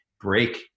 break